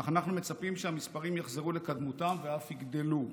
אך אנחנו מצפים שהם יחזרו לקדמותם ואף יגדלו.